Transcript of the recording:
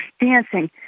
dancing